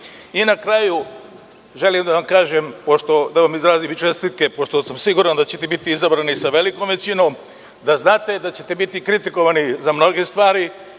kraju, želim da vam izrazim čestitke, pošto sam siguran da ćete biti izabrani sa velikom većinom. Znajte da ćete biti kritikovani za mnoge stvari,